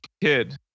kid